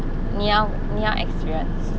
你要你要 experience